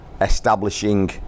establishing